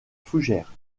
fougères